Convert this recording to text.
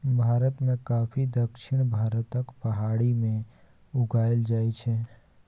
भारत मे कॉफी दक्षिण भारतक पहाड़ी मे उगाएल जाइ छै